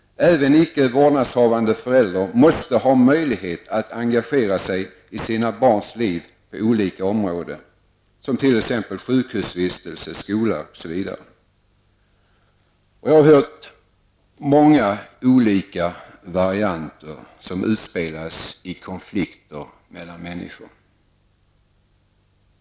Även icke vårdnadshavande förälder måste ha möjlighet att engagera sig i sina barns liv på olika områden, som t.ex. sjukhusvistelse, skolan osv. Jag har hört många olika varianter som utspelats i konflikter mellan människor.